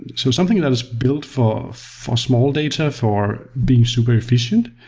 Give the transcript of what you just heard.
so something and that is built for for small data, for being superefficient,